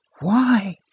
Why